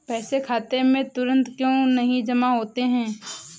पैसे खाते में तुरंत क्यो नहीं जमा होते हैं?